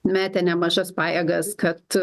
metė nemažas pajėgas kad